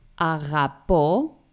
agapo